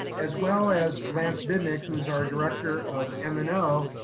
as well as lance bidnick who's our director of m and o